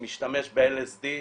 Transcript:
משתמש ב-LSD,